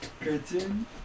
cartoon